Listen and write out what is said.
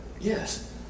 Yes